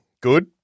Good